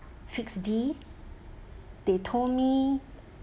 fixed D they told me